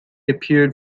appeared